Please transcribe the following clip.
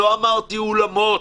לא אמרתי אולמות.